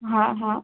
हा हा